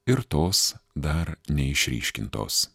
ir tos dar neišryškintos